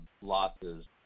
losses